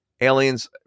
Aliens